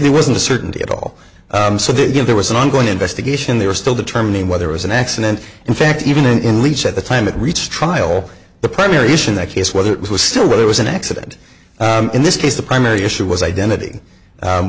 there wasn't a certainty at all so that you know there was an ongoing investigation they were still determining whether it was an accident in fact even in leach at the time it reaches trial the primaries in that case whether it was still there was an accident in this case the primary issue was identity